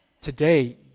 today